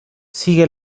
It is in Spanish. sigue